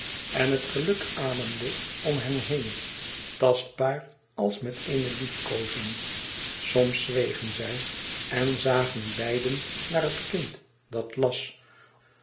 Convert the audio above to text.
en het geluk ademde om hen heen tastbaar als met eene liefkoozing soms zwegen zij en zagen beiden naar het kind dat las